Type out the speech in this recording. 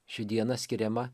ši diena skiriama